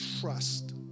trust